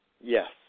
Yes